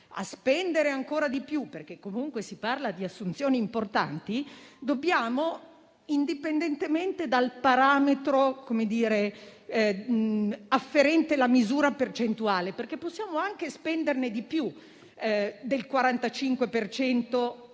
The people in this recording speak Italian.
a spendere ancora di più, perché comunque si parla di assunzioni importanti, dobbiamo, indipendentemente dal parametro afferente la misura percentuale - possiamo infatti anche spendere più del 45